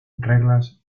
reglas